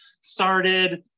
started